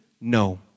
No